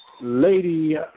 Lady